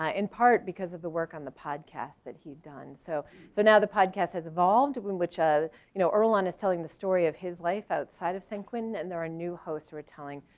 ah in part because of the work on the podcast that he'd done. so so now the podcast has evolved when which, you know, ilan is telling the story of his life outside of st. quinn and there are new hosts who're telling,